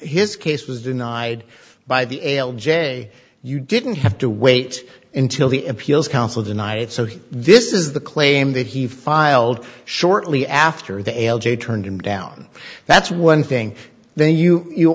his case was denied by the ale j you didn't have to wait until the appeals council denied it so this is the claim that he filed shortly after the a l j turned him down that's one thing then you you